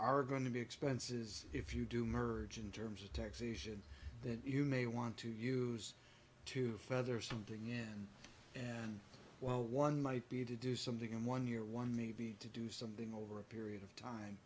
are going to be expenses if you do merge in terms of taxation that you may want to use to feather something in and while one might be to do something in one year one maybe to do something over a period of time